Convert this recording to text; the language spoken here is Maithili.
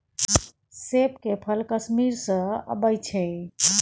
सेब के फल कश्मीर सँ अबई छै